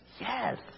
Yes